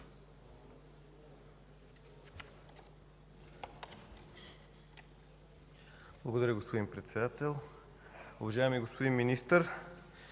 Благодаря, господин Председател. Уважаеми господин Министър,